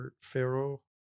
Pharaoh